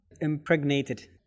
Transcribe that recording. impregnated